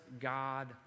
God